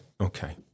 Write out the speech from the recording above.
Okay